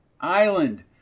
Island